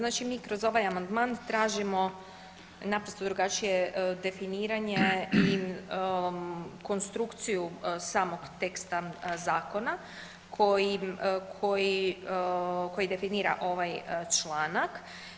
Da, znači mi kroz ovaj amandman tražimo naprosto drugačije definiranje i konstrukciju samog teksta zakona koji definira ovaj članak.